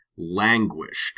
Languished